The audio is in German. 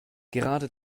gerade